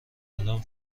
الان